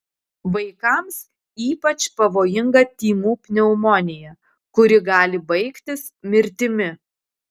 vaikams ypač pavojinga tymų pneumonija kuri gali baigtis mirtimi